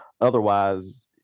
otherwise